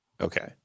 Okay